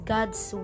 God's